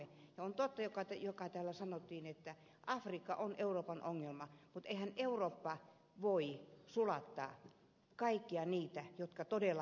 ja on totta se mikä täällä sanottiin että afrikka on euroopan ongelma mutta eihän eurooppa voi sulattaa kaikkia niitä jotka todella haluavat tänne tulla